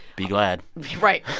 be glad right,